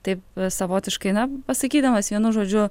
taip savotiškai na pasakydamas vienu žodžiu